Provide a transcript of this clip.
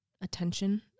attention